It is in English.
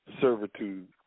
servitude